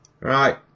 Right